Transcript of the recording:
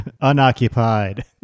Unoccupied